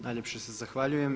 Najljepše se zahvaljujem.